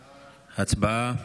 הצבעה.